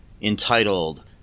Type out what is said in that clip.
entitled